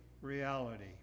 reality